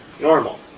normal